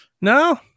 No